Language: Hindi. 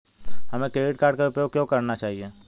हमें क्रेडिट कार्ड का उपयोग क्यों नहीं करना चाहिए?